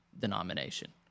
denomination